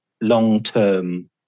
long-term